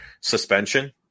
suspension